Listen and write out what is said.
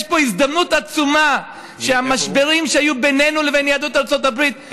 יש פה הזדמנות עצומה שהמשברים שהיו בינינו לבין יהדות ארצות הברית,